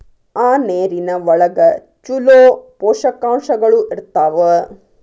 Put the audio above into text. ಆ ನೇರಿನ ಒಳಗ ಚುಲೋ ಪೋಷಕಾಂಶಗಳು ಇರ್ತಾವ